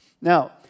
Now